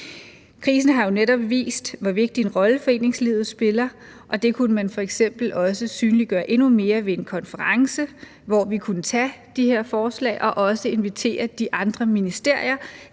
Krisen har jo netop vist, hvor vigtig en rolle foreningslivet spiller, og det kunne man f.eks. også synliggøre endnu mere ved en konference, hvor vi kunne tage de her forslag og også invitere de andre ministerier,